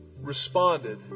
responded